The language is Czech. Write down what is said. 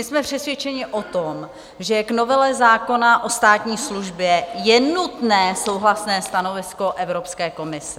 Jsme přesvědčeni o tom, že k novele zákona o státní službě je nutné souhlasné stanovisko Evropské komise.